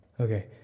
Okay